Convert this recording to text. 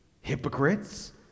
hypocrites